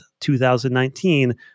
2019